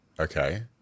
Okay